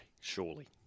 surely